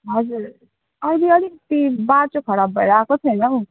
हजुर अहिले अलिकति बाटो खराब भएर आएको छैन हौ